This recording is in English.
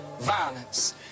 violence